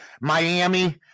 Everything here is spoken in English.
Miami